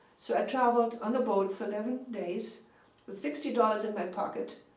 so i traveled on a boat for eleven days with sixty dollars in my pocket,